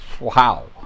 wow